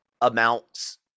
amounts